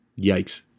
Yikes